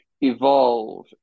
evolve